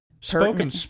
spoken